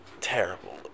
terrible